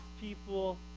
people